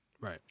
Right